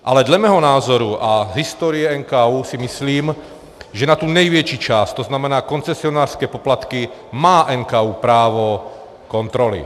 Ale dle mého názoru a z historie NKÚ si myslím, že na tu největší část, tzn. koncesionářské poplatky, má NKÚ právo kontroly.